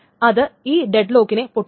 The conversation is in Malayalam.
അത് ഈ ഡെഡ് ലോക്കിനെ പൊട്ടിക്കണം